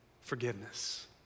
Forgiveness